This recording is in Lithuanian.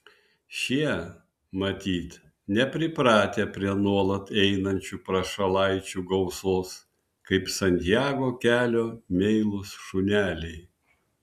šie matyt nepripratę prie nuolat einančių prašalaičių gausos kaip santiago kelio meilūs šuneliai